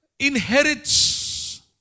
inherits